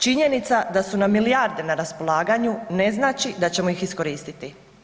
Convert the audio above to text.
Činjenica da su nam milijarde na raspolaganju ne znači da ćemo ih iskoristiti.